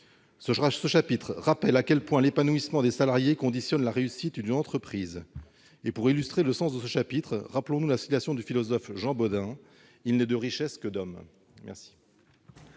Ce texte rappelle à quel point l'épanouissement des salariés conditionne la réussite d'une entreprise. Pour illustrer ses intentions, rappelons-nous la citation du philosophe Jean Bodin :« Il n'est de richesse que d'hommes.